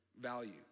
value